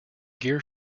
gear